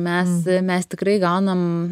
mes mes tikrai gaunam